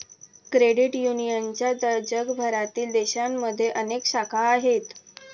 credit युनियनच्या जगभरातील देशांमध्ये अनेक शाखा आहेत